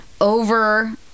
over